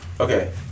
Okay